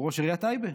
הוא ראש עיריית טייבה.